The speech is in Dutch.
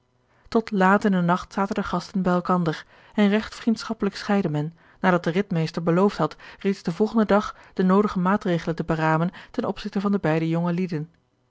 tot laat in den nacht zaten de gasten bij elkander en regt vriendschappelijk scheidde men nadat de ridmeester beloofd had reeds den volgenden dag de noodige maatregelen te beramen ten opzigte van de beide